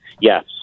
Yes